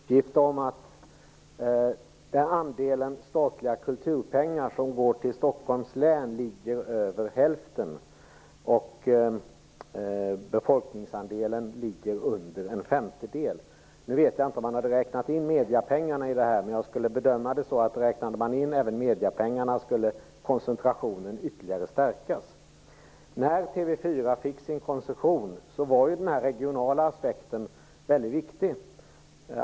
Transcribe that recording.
Herr talman! Jag såg en uppgift om att andelen statliga kulturpengar som går till Stockholms län är mer än hälften av de medlen, medan mindre än en femtedel av befolkningsandelen finns där. Jag vet inte om mediepengarna räknats in. Jag skulle göra bedömningen att räknades även mediepengarna in, skulle koncentrationen ytterligare stärkas. När TV 4 fick sin koncession var den regionala aspekten väldigt viktig.